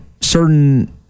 certain